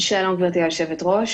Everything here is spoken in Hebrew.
שלום גב' היו"ר.